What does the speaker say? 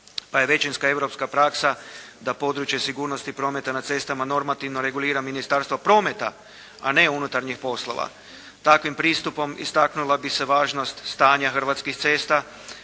pa je većinska europska praksa da područje sigurnosti prometa na cestama normativno regulira Ministarstvo prometa, a ne unutarnjih poslova. Takvim pristupom istaknula bi se važnost stanja hrvatskih cesta